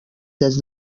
des